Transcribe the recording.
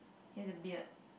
he has a beard